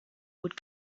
would